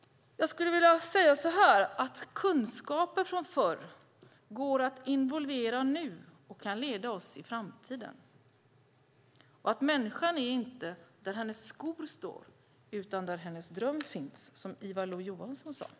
Jag skulle vilja säga att kunskaper från förr går att involvera nu och kan leda oss i framtiden och att människan inte är där hennes skor står utan där hennes dröm finns, som Ivar Lo-Johansson sade.